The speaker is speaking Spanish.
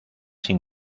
sin